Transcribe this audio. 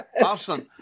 Awesome